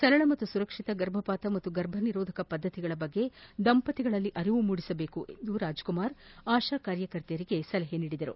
ಸರಳ ಮತ್ತು ಸುರಕ್ಷಿತ ಗರ್ಭಪಾತ ಮತ್ತು ಗರ್ಭನಿರೋಧಕ ಪದ್ದತಿಗಳ ಕುರಿತು ದಂಪತಿಗಳಲ್ಲಿ ಅರಿವು ಮೂಡಿಸಬೇಕು ಎಂದು ರಾಜಕುಮಾರ್ ಆಶಾ ಕಾರ್ಯಕರ್ತೆಯರಿಗೆ ತಿಳಿ ಹೇಳಿದರು